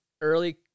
early